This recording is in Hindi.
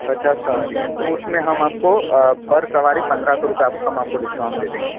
पचास सवारी हैं तो उसमें हम आपको पर सवारी पंद्रह सौ रुपये आप हम आपको डिस्काउंट दे देंगे